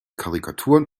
karikaturen